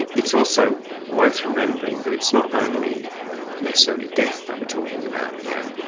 ah it's also worth remembering that it's not only necessarily death that we are talking about here,